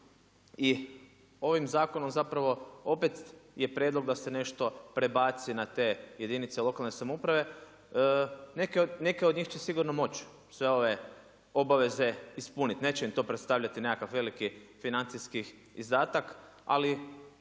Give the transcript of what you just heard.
I ovim zakonom je opet prijedlog da se nešto prebaci na te jedinice lokalne samouprave. Neke od njih će sigurno moć sve ove obaveze ispuniti, neće im to predstavljati nekakav veliki financijski izdatak, ali